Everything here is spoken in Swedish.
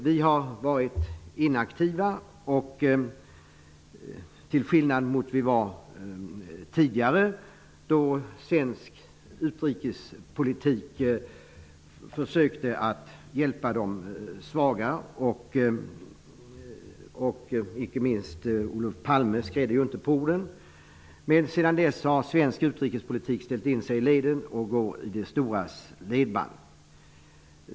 Vi har varit inaktiva till skillnad mot vad vi var tidigare då svensk utrikespolitik försökte hjälpa de svaga. Olof Palme skrädde ju inte orden. Men sedan dess har svensk utrikespolitik ställt in sig i ledet och går i de storas ledband.